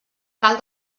cal